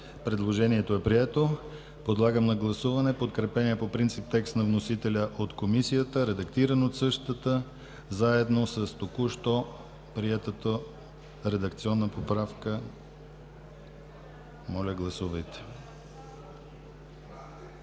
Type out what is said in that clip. Предложението е прието. Подлагам на гласуване подкрепения по принцип текст на вносителя от Комисията, редактиран от същата, заедно с току-що приетата редакционна поправка. Моля, гласувайте. Гласували